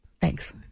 Thanks